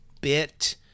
bit